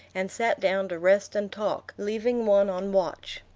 and sat down to rest and talk, leaving one on watch.